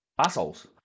assholes